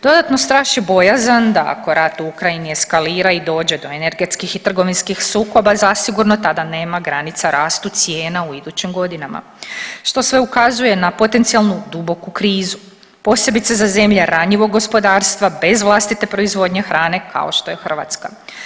Dodatno straši bojazan da ako rat u Ukrajini eskalira i dođe do energetskih i trgovinskih sukoba, zasigurno tada nema granica rastu cijena u idućim godinama, što sve ukazuje na potencijalnu duboku krizu, posebice za zemlje ranjivog gospodarstva bez vlastite proizvodnje hrane, kao što je Hrvatska.